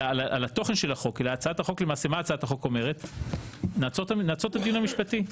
התוכן של החוק אלא הצעת החוק למעשה אומרת שנעצור את הדין המשפטי.